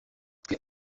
twe